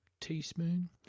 teaspoon